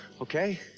Okay